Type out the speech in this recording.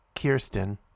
Kirsten